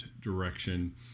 direction